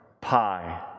Pi